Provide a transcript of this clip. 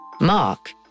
Mark